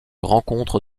rencontre